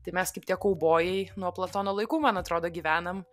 tai mes kaip tie kaubojai nuo platono laikų man atrodo gyvenam